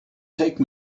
take